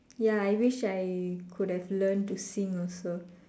ya I wish I could have learnt to sing also